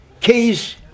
case